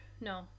no